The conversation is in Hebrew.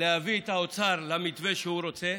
להביא את האוצר למתווה שהוא רוצה.